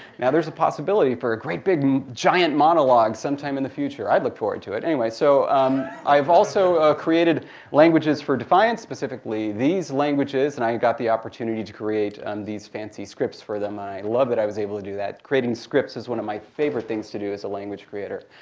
now there's a possibility for a great big and giant monologue sometime in the future. i'd look forward to it. anyway, so i've also created languages for defiance, specifically these languages. and i got the opportunity to create um these fancy scripts for them. i love that i was able to do that. creating scripts is one of my favorite things to do as a language creator.